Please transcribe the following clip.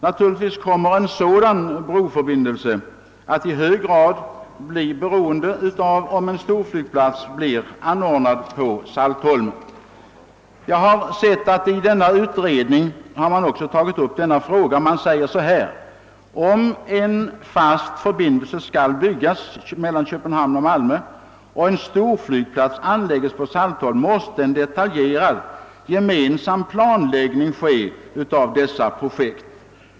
Naturligtvis kommer en sådan broförbindelse att i hög grad bli beroende av om en storflygplats anordnas på Saltholm. Också denna fråga har tagits upp i utredningen i fråga, som bl.a. uttalar följande: Om en fast förbindelse skall byggas mellan Köpenhamn och Malmö och en storflygplats anläggas på Saltholm måste en detaljerad gemensam planläggning ske av dessa projekt.